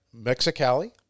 Mexicali